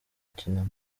akinamo